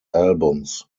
albums